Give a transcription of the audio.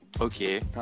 Okay